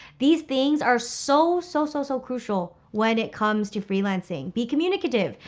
these things are so, so, so, so crucial when it comes to freelancing. be communicative,